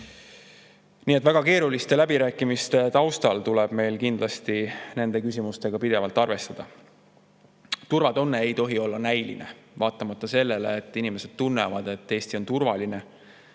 nahal. Väga keeruliste läbirääkimiste taustal tuleb meil nende küsimustega kindlasti pidevalt arvestada. Turvatunne ei tohi olla näiline. Vaatamata sellele, et inimesed tunnevad, et Eesti on turvaline,